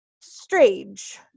strange